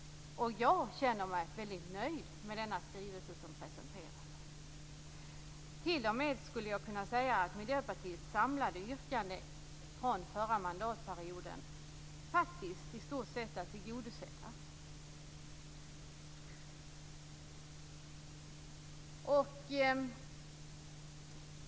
Jag känner mig väldigt nöjd med den skrivelse som presenteras. Jag skulle t.o.m. kunna säga att Miljöpartiets samlade yrkanden från förra mandatperioden faktiskt i stort sett är tillgodosedda.